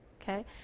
Okay